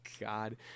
God